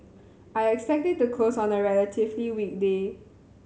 I'd expect it to close on a relatively weak day